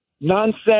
nonsense